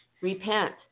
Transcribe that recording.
Repent